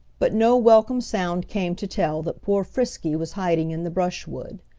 but no welcome sound came to tell that poor frisky was hiding in the brushwood.